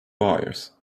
buyers